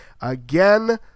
again